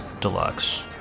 Deluxe